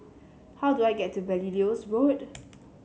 how do I get to Belilios Road